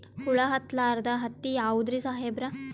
ಹುಳ ಹತ್ತಲಾರ್ದ ಹತ್ತಿ ಯಾವುದ್ರಿ ಸಾಹೇಬರ?